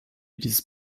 dieses